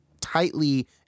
tightly